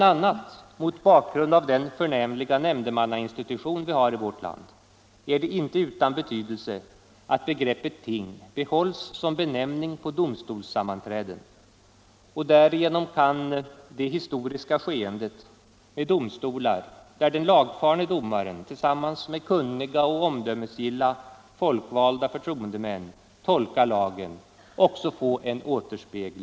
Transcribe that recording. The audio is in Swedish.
a. mot bakgrund av den mycket förnämliga nämndemannainstitution vi har i vårt land är det inte utan betydelse att begreppet ting behålls som benämning på domstolssammanträde som därigenom kan i vår moderna tid återspegla det historiska skeendet med domstolar, där en lagfaren domare tillsammans med kunniga och omdömesgilla folkvalda förtroendemän tolkar lagen.